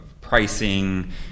pricing